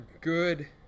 good